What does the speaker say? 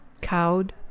Cowed